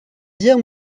dire